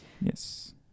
Yes